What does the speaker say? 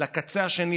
לקצה השני,